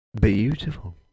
beautiful